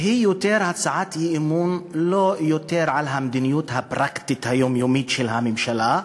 היא הצעת אי-אמון לאו דווקא על המדיניות הפרקטית היומיומית של הממשלה,